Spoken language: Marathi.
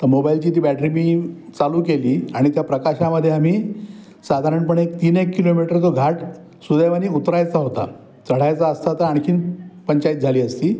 तर मोबाईलची ती बॅटरी मी चालू केली आणि त्या प्रकाशामध्ये आम्ही साधारणपणे तीन एक किलोमीटर जो घाट सुदैवाने उतरायचा होता चढायचा असता तर आणखीन पंचायत झाली असती